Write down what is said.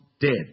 dead